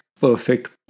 perfect